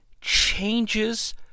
changes